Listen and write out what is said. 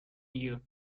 new